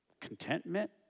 contentment